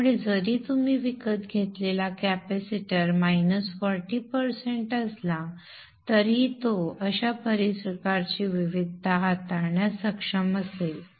त्यामुळे जरी तुम्ही विकत घेतलेला कॅपेसिटर उणे चाळीस टक्के असला तरीही तो अशा प्रकारची विविधता हाताळण्यास सक्षम असेल